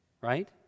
right